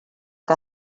que